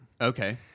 okay